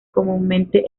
comúnmente